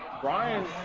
Brian